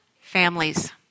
Families